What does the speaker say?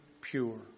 pure